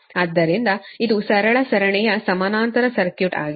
ಆದ್ದರಿಂದ ಇದು ಸರಳ ಸರಣಿಯ ಸಮಾನಾಂತರ ಸರ್ಕ್ಯೂಟ್ ಆಗಿದೆ